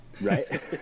right